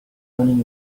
running